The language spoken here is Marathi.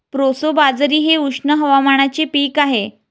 प्रोसो बाजरी हे उष्ण हवामानाचे पीक आहे